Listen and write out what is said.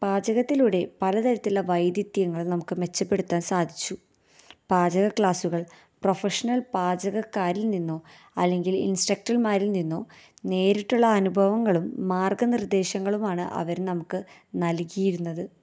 പാചകത്തിലൂടെ പല തരത്തിലുള്ള വൈരുധ്യങ്ങളും നമുക്ക് മെച്ചപ്പെടുത്താന് സാധിച്ചു പാചക ക്ലാസുകള് പ്രൊഫഷണല് പാചകക്കാരില് നിന്നോ അല്ലെങ്കില് ഇന്സ്ട്രക്റ്റര്മാരില് നിന്നോ നേരിട്ടുള്ള അനുഭവങ്ങളും മാര്ഗ നിര്ദേശങ്ങളുമാണ് അവര് നമുക്ക് നല്കിയിര്ന്നത്